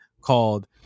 called